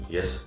Yes